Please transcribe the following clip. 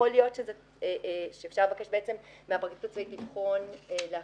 יכול להיות שאפשר לבקש מהפרקליטות הצבאית לבחון את